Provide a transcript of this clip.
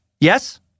Yes